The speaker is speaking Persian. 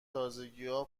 تازگیها